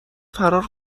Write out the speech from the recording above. فرار